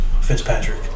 Fitzpatrick